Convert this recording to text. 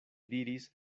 diris